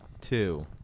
two